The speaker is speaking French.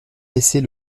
baisser